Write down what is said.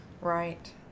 Right